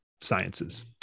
sciences